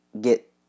get